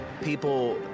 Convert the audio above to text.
People